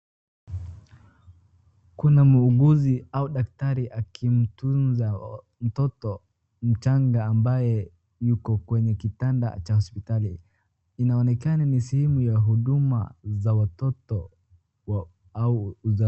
Kuna muuguzi au daktari akimtunza mtoto mchanga ambaye yuko kwenye kitanda cha hospitali. Inaonekana ni sehemu ya huduma za watoto au za...